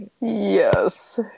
Yes